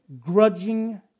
grudging